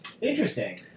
Interesting